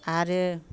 आरो